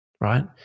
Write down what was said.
right